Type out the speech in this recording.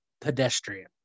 pedestrian